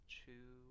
two